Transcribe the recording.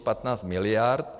15 miliard.